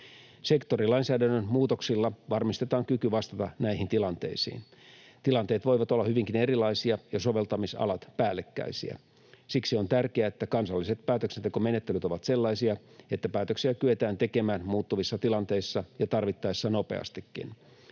Sektorilainsäädännön muutoksilla varmistetaan kyky vastata näihin tilanteisiin. Tilanteet voivat olla hyvinkin erilaisia ja soveltamisalat päällekkäisiä. Siksi on tärkeää, että kansalliset päätöksentekomenettelyt ovat sellaisia, että päätöksiä kyetään tekemään muuttuvissa tilanteissa ja tarvittaessa nopeastikin.